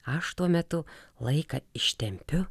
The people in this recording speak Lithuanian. aš tuo metu laiką ištempiu